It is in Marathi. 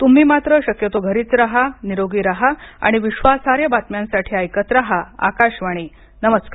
तुम्ही मात्र शक्यतो घरीच राहा निरोगी राहा आणि विश्वासार्ह बातम्यांसाठी ऐकत राहा आकाशवाणी नमस्कार